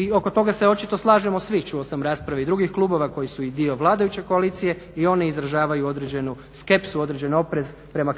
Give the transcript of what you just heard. i oko toga se očito slažemo svi, čuo sam rasprave i drugih klubova koji su dio vladajuće koalicije i oni izražavaju određenu skepsu određen oprez prema